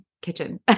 kitchen